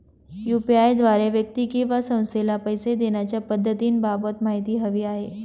UPI द्वारे व्यक्ती किंवा संस्थेला पैसे देण्याच्या पद्धतींबाबत माहिती हवी आहे